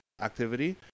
activity